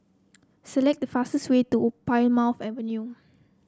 select the fastest way to Plymouth Avenue